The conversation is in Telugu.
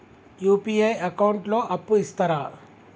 యూ.పీ.ఐ అకౌంట్ లో అప్పు ఇస్తరా?